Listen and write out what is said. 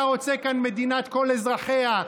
אתה רוצה כאן מדינת כל אזרחיה.